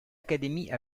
académie